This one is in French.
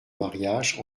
mariage